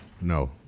No